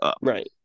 right